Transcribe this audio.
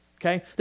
Okay